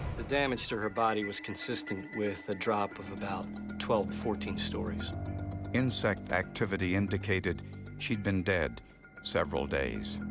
the damage to her body was consistent with a drop of about twelve to fourteen stories. narrator insect activity indicated she'd been dead several days.